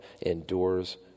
endures